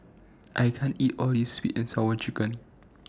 I can't eat All of This Sweet and Sour Chicken